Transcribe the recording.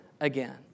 again